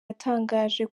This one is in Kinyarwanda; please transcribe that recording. yatangaje